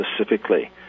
specifically